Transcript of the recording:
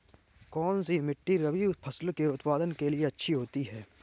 कौनसी मिट्टी रबी फसलों के उत्पादन के लिए अच्छी होती है?